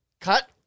cut